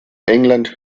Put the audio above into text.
england